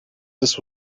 this